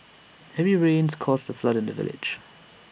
heavy rains caused A flood in the village